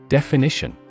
Definition